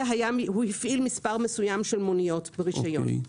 הוא הפעיל מספר מסוים של מוניות ברישיון.